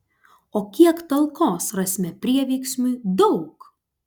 o kiek talkos rasime prieveiksmiui daug